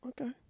Okay